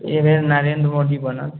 इहे नरेन्द्र मोदी बनत